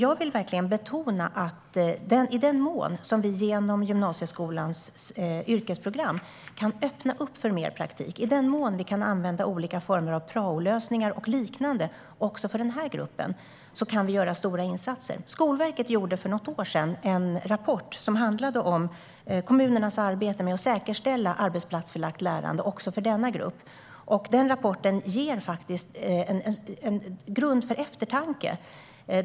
Jag vill betona att det kan göras stora insatser, också för den här gruppen, i den mån vi genom gymnasieskolans yrkesprogram kan öppna upp för mer praktik och i den mån vi kan använda olika former av praolösningar och liknande. Skolverket gjorde för något år sedan en rapport som handlade om kommunernas arbete med att säkerställa arbetsplatsförlagt lärande också för denna grupp. Den rapporten ger faktiskt grund för eftertanke.